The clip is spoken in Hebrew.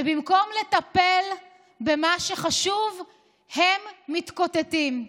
ובמקום לטפל במה שחשוב הם מתקוטטים.